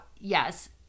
yes